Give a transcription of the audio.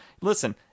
Listen